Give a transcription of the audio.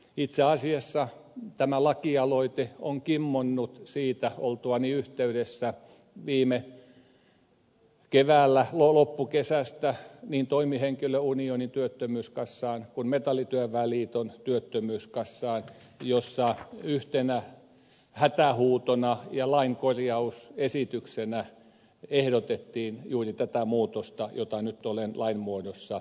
itse asiassa tämä lakialoite on kimmonnut siitä että olin yhteydessä loppukesästä niin toimihenkilöunionin työttömyyskassaan kuin metallityöväen liiton työttömyyskassaan joissa yhtenä hätähuutona ja lainkorjausesityksenä ehdotettiin juuri tätä muutosta jota nyt olen lain muodossa esittämässä